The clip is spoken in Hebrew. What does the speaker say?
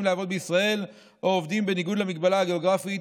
לעבוד בישראל או עובדים בניגוד למגבלה הגיאוגרפית